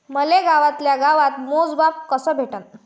मले गावातल्या गावात मोजमाप कस भेटन?